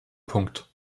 punkt